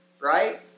right